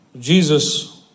Jesus